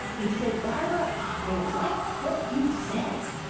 he said barbara, i liked what you said,